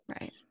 Right